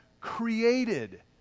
created